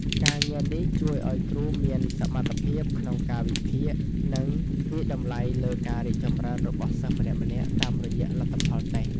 ការងារនេះជួយឱ្យគ្រូមានសមត្ថភាពក្នុងការវិភាគ និងវាយតម្លៃលើការរីកចម្រើនរបស់សិស្សម្នាក់ៗតាមរយៈលទ្ធផលតេស្ត។